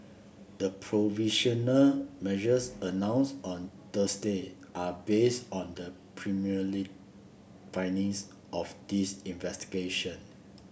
the provisional measures announced on Thursday are based on the preliminary findings of this investigation